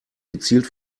gezielt